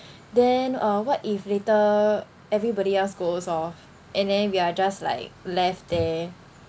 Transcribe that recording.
then uh what if later everybody else goes off and then we're just like left there